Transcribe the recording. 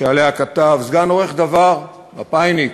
שעליה כתב סגן עורך "דבר" מפא"יניק,